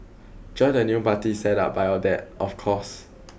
join the new party set up by your dad of course